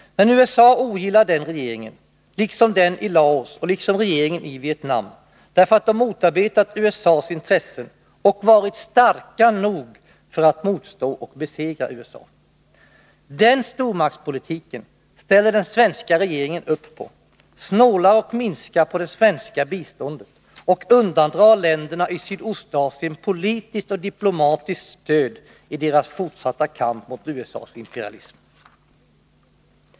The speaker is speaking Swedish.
Men USA ogillar den regeringen liksom den i Laos och den i Vietnam, därför att de har motarbetat USA:s intressen och varit starka nog att motstå och besegra USA. Den stormaktspolitiken ställer den svenska regeringen upp på, snålar och minskar på det svenska biståndet och undandrar länderna i Sydostasien politiskt och diplomatiskt stöd i deras fortsatta kamp mot USA:s imperialism.